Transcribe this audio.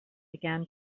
began